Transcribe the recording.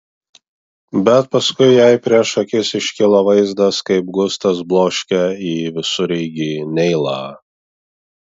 bet paskui jai prieš akis iškilo vaizdas kaip gustas bloškia į visureigį neilą